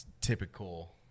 typical